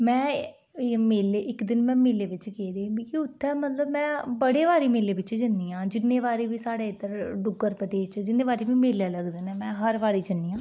में मेले इक दिन में मेले बिच्च गेदी ही मिगी उत्थें मतलब में बड़े बारी मेले बिच्च जन्नी आं जिन्ने बारी बी साढ़े इद्धर डुगर प्रदेश च जिन्ने बारी बी मेले लगदे न में हर बारी जन्नी आं